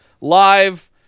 live